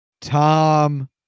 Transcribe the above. Tom